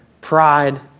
pride